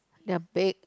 they're big